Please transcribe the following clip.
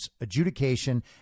adjudication